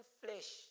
flesh